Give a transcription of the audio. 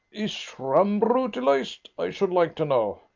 is schramm brutalised, i should like to know?